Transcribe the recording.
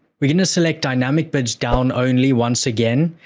we're going to select dynamic bids-down only once again,